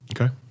Okay